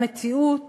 המציאות